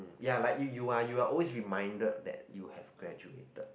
ya like you you are you are always reminded that you have graduated